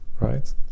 right